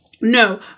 No